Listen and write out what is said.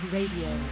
Radio